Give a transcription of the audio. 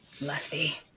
Lusty